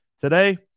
today